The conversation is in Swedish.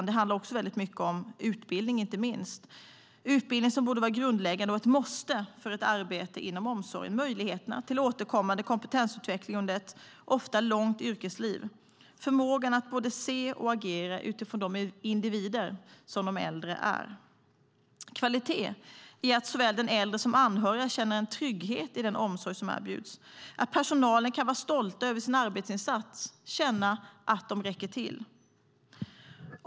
Det handlar också mycket om inte minst utbildning som borde vara grundläggande och ett måste för ett arbete inom omsorgen - möjligheter till återkommande kompetensutveckling under ett ofta långt yrkesliv och förmåga att både se och agera utifrån de individer som de äldre är. Kvalitet är att såväl den äldre som anhöriga känner en trygghet i den omsorg som erbjuds, att personalen kan vara stolt över sin arbetsinsats och känna att man räcker till.